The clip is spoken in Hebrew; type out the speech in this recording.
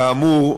כאמור,